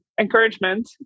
encouragement